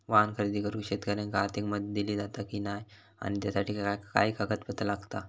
वाहन खरेदी करूक शेतकऱ्यांका आर्थिक मदत दिली जाता की नाय आणि त्यासाठी काय पात्रता लागता?